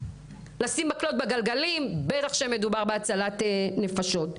לשים מקלות בגלגלים בטח כשמדובר בהצלת נפשות.